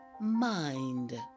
mind